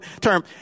term